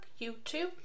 YouTube